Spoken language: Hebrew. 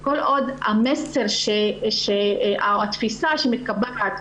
כל עוד התפיסה שמתקבעת,